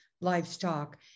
livestock